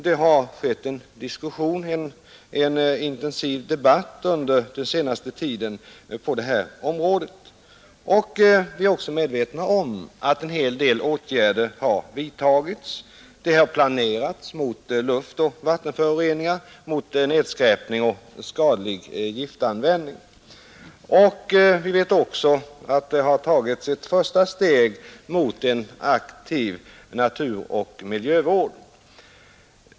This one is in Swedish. Det har förts en intensiv debatt under den senaste tiden på detta område, och vi är också medveta om att en hel del åtgärder har vidtagits. Det har planerats mot luftoch vattenföroreningar, mot nedskräpning och skadlig giftanvändning. Vi vet också att det har tagits ett första steg mot en aktiv naturoch miljövård.